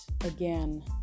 again